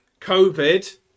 Covid